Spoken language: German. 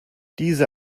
diese